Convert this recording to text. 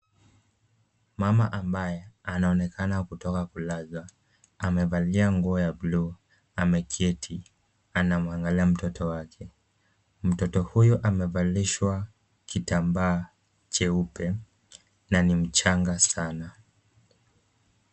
Mama ambaye anaonekana kutoka kulazwa, amevalia nguo ya blue , ameketi, anamwangalia mtoto wake. Mtoto huyu amevalishwa kitambaa cheupe na ni mchanga sana.